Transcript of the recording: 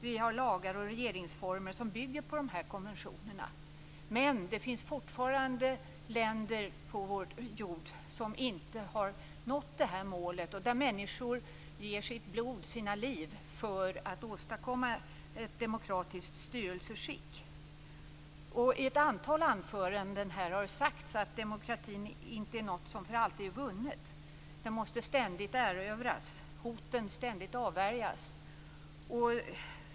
Vi har lagar och regeringsformer som bygger på dessa konventioner. Men det finns fortfarande länder på vår jord som inte har nått detta mål, och där människor ger sitt blod, sina liv för att åstadkomma ett demokratiskt styrelseskick. I ett antal anföranden här har det sagts att demokratin inte är något som för alltid är vunnet. Den måste ständigt erövras och hoten ständigt avvärjas.